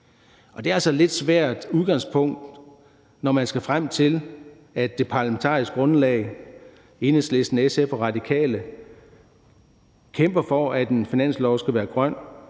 altså et lidt svært udgangspunkt, når det parlamentariske grundlag – Enhedslisten, SF og Radikale – kæmper for, at en finanslov skal være grøn.